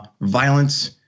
Violence